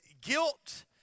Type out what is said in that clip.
guilt